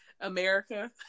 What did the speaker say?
America